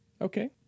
Okay